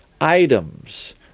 items